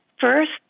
first